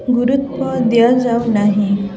ଗୁରୁତ୍ୱ ଦିଆଯାଉ ନାହିଁ